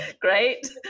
great